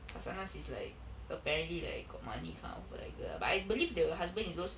kasanaz is like apparently like got money kind of like girl lah but I believe the husband is those